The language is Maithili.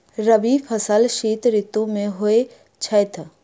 रबी फसल शीत ऋतु मे होए छैथ?